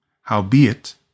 Howbeit